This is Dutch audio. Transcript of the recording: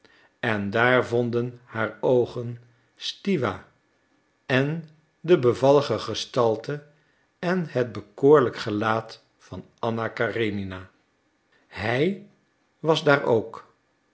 en daar vonden haar oogen stiwa en de bevallige gestalte en het bekoorlijk gelaat van anna karenina hij was daar ook